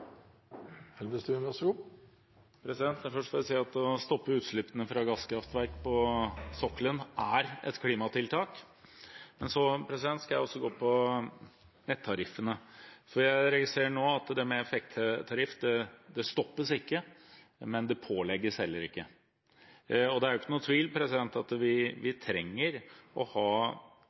Jeg registrerer nå at det med effekttariff ikke stoppes, men det pålegges heller ikke. Det er jo ingen tvil om at vi trenger å ha effekttariffer som gjør at